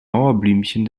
mauerblümchen